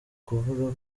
kuvuga